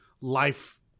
life